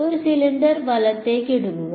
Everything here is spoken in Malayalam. ഒരു സിലിണ്ടർ വലത്തേക്ക് എടുക്കുക